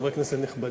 חברי כנסת נכבדים,